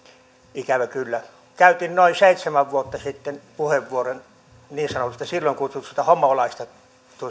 ikävä kyllä käytin noin seitsemän vuotta sitten puheenvuoron niin sanotusta silloin kutsutusta homolaista